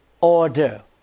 order